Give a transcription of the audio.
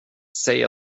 säg